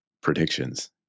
predictions